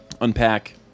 unpack